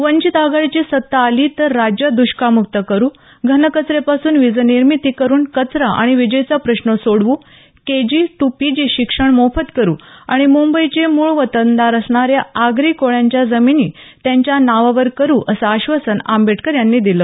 वंचित आघाडीची सत्ता आली तर राज्य द्ष्काळम्क्त करू घनकच यापासून वीजनिर्मिती करून कचरा आणि वीजेचा प्रश्न सोडवू केजी ट्र पीजी शिक्षण मोफत करू आणि मुंबईचे मूळ वतनदार असणा या आगरी कोळयांच्या जमिनी त्यांच्या नावावर करू अस आश्वासन आंबेडकर यांनी दिलं